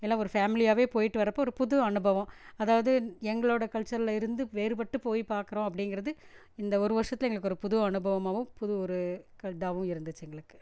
எல்லாம் ஒரு ஃபேமிலியாகவே போயிட்டு வரப்போது ஒரு புது அனுபவம் அதாவது எங்களோடய கல்ச்சரில் இருந்து வேறுபட்டு போயி பார்க்குறோம் அப்படிங்கிறது இந்த ஒரு வருஷத்தில் எங்களுக்கு ஒரு புது அனுபவமாகவும் புது ஒரு க இதாகவும் இருந்துச்சு எங்களுக்கு